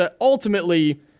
ultimately